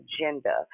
agenda